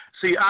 see